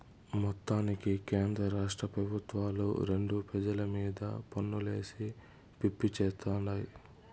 మొత్తానికి కేంద్రరాష్ట్ర పెబుత్వాలు రెండు పెజల మీద పన్నులేసి పిప్పి చేత్తుండాయి